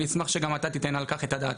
אני אשמח שגם אתה תיתן על כך את הדעת.